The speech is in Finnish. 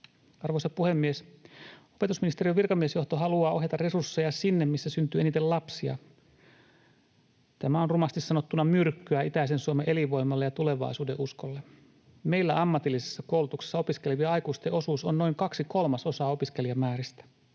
Arvoisa puhemies! Opetusministeriön virkamiesjohto haluaa ohjata resursseja sinne, missä syntyy eniten lapsia. Tämä on rumasti sanottuna myrkkyä itäisen Suomen elinvoimalle ja tulevaisuudenuskolle. Meillä ammatillisessa koulutuksessa opiskelevien aikuisten osuus on noin kaksi kolmasosaa opiskelijamääristä.